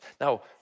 Now